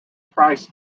price